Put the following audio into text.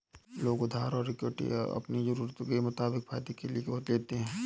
लोग उधार और इक्विटी अपनी ज़रूरत के मुताबिक फायदे के लिए लेते है